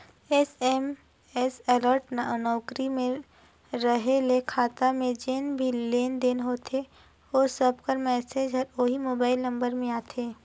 SMS alert नउकरी में रहें ले खाता में जेन भी लेन देन होथे ओ सब कर मैसेज हर ओही मोबाइल नंबर में आथे